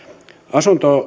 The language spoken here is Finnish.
asunto